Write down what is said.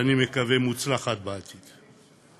ואני מקווה שמוצלחת בעתיד.